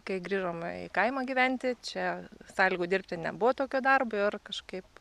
kai grįžom į kaimą gyventi čia sąlygų dirbti nebuvo tokio darbo ir kažkaip